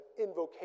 invocation